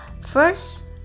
First